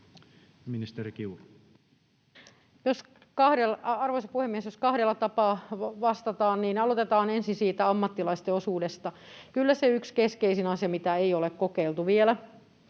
Arvoisa puhemies! Jos kahdella tapaa vastataan, niin aloitetaan ensin siitä ammattilaisten osuudesta. Kyllä se yksi keskeisin asia, mitä ei ole kokeiltu vielä